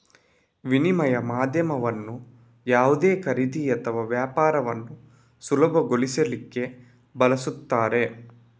ವಿನಿಮಯ ಮಾಧ್ಯಮವನ್ನ ಯಾವುದೇ ಖರೀದಿ ಅಥವಾ ವ್ಯಾಪಾರವನ್ನ ಸುಲಭಗೊಳಿಸ್ಲಿಕ್ಕೆ ಬಳಸ್ತಾರೆ